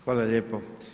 Hvala lijepo.